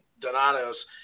Donato's